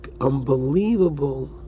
unbelievable